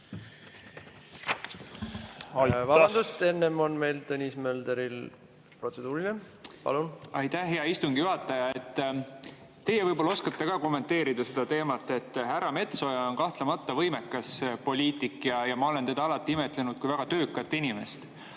Vabandust! Enne on Tõnis Mölderil protseduuriline. Palun! Aitäh, hea istungi juhataja! Teie võib‑olla oskate ka kommenteerida seda teemat. Härra Metsoja on kahtlemata võimekas poliitik ja ma olen teda alati imetlenud kui väga töökat inimest.